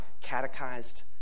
catechized